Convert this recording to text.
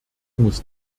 muss